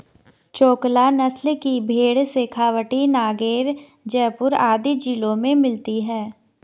चोकला नस्ल की भेंड़ शेखावटी, नागैर, जयपुर आदि जिलों में मिलती हैं